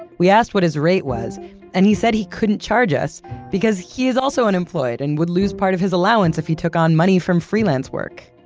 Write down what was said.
we asked what his rate was and he said he couldn't charge us because he is also unemployed and would lose part of his allowance if he took on money from freelance work.